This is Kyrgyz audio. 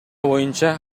боюнча